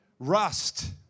Rust